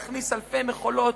להכניס אלפי מכולות,